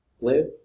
Live